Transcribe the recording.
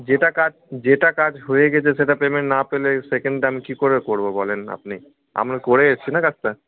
যেটা কাজ যেটা কাজ হয়ে গেছে সেটা পেমেন্ট না পেলে সেকেন্ডটা আমি কী করে করব বলুন আপনি আমরা করে এসেছি না কাজটা